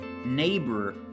neighbor